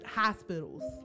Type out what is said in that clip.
hospitals